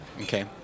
Okay